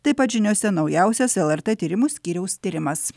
taip pat žiniose naujausias lrt tyrimų skyriaus tyrimas